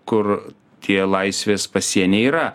kur tie laisvės pasieniai yra